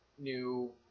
new